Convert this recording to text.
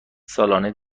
سالانه